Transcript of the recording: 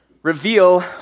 reveal